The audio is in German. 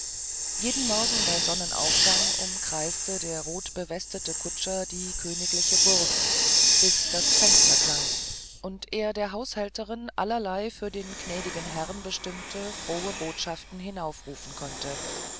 jeden morgen bei sonnenaufgang umkreiste der rotbewestete kutscher die königliche burg bis das fenster klang und er der haushälterin allerlei für den gnädigen herrn bestimmte frohe botschaften hinaufrufen konnte